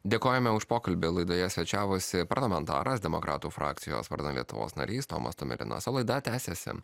dėkojame už pokalbį laidoje svečiavosi parlamentaras demokratų frakcijos vardan lietuvos narys tomas tomilinas laida tęsiasi